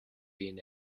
been